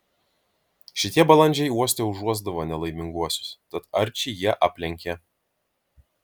šitie balandžiai uoste užuosdavo nelaiminguosius tad arčį jie aplenkė